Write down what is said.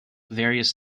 various